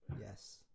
yes